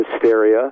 hysteria